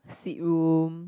suite room